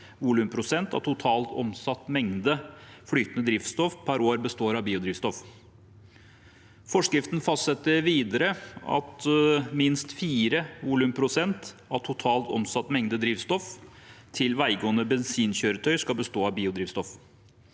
volumprosent av totalt omsatt mengde flytende drivstoff per år består av biodrivstoff. Forskriften fastsetter videre at minst 4 volumprosent av totalt omsatt mengde drivstoff til veigående bensinkjøretøy skal bestå av biodrivstoff.